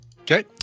Okay